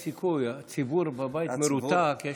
אין סיכוי, הציבור בבית מרותק.